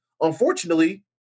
unfortunately